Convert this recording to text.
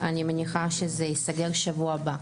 אני מניחה שזה ייסגר בשבוע הבא.